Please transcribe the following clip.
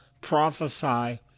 prophesy